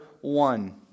one